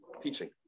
teaching